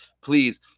please